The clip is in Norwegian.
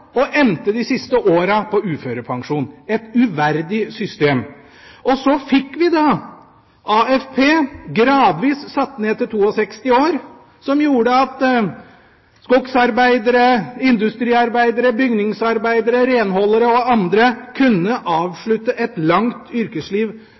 endte de siste åra med uførepensjon – et uverdig system. Så fikk vi AFP. Alderen ble gradvis satt ned til 62 år, som gjorde at skogsarbeidere, industriarbeidere, bygningsarbeidere, renholdere og andre kunne